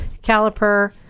caliper